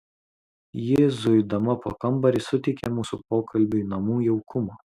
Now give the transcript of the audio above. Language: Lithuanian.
ji zuidama po kambarį suteikė mūsų pokalbiui namų jaukumo